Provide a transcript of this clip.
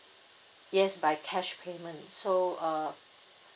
yes by cash payment so uh